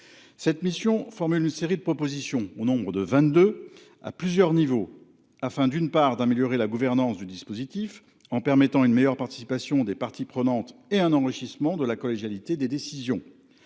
Cette mission formule une série de propositions au nombres de 22 à plusieurs niveaux afin d'une part d'améliorer la gouvernance du dispositif en permettant une meilleure participation des parties prenantes et un enrichissement de la collégialité des décisions.